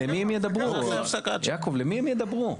אבל למי הם ידברו, יעקב, למי הם ידברו?